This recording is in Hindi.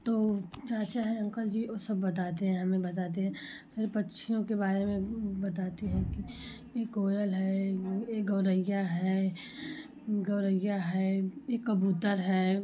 तो चाचा हैं अंकल जी वो सब बताते हैं हमें बताते हैं सारे पक्षियों के बारे में बताते हैं कि ये कोयल है ये गोरैया है गोरैया है ये कबूतर है